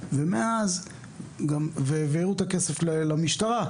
והעבירו את הכסף למשטרה,